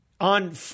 on